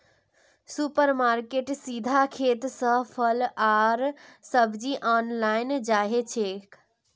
super मार्केटेत सीधा खेत स फल आर सब्जी अनाल जाछेक